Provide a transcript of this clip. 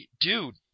dude